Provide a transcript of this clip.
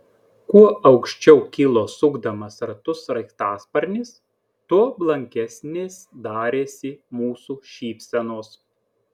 kuo aukščiau kilo sukdamas ratus sraigtasparnis tuo blankesnės darėsi mūsų šypsenos